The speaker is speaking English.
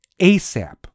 ASAP